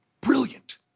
Brilliant